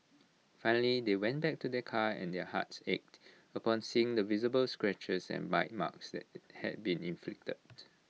finally they went back to their car and their hearts ached upon seeing the visible scratches and bite marks that had been inflicted